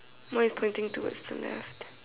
mine is pointing towards the left